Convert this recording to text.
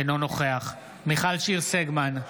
אינו נוכח מיכל שיר סגמן,